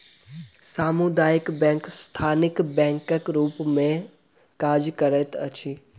सामुदायिक बैंक स्थानीय बैंकक रूप मे काज करैत अछि